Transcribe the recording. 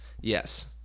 Yes